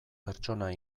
pertsona